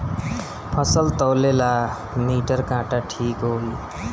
फसल तौले ला मिटर काटा ठिक होही?